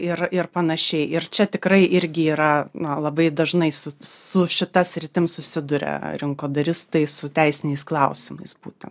ir ir panašiai ir čia tikrai irgi yra na labai dažnai su su šita sritim susiduria rinkodaristai su teisiniais klausimais būtent